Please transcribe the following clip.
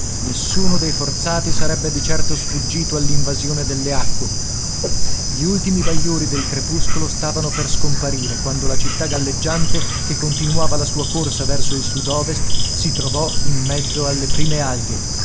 nessuno dei forzati sarebbe di certo sfuggito all'invasione delle acque gli ultimi bagliori del crepuscolo stavano per scomparire quando la città galleggiante che continuava la sua corsa verso il sud ovest si trovò in mezzo alle prime alghe